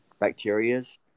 Bacterias